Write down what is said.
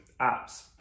apps